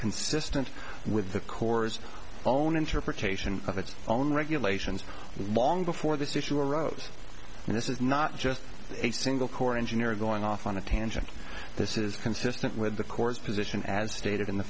consistent with the corps own interpretation of its own regulations long before this issue arose and this is not just a single court engineer going off on a tangent this is consistent with the court's position as stated in the